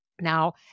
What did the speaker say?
Now